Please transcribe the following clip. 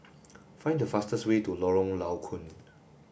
find the fastest way to Lorong Low Koon